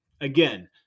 Again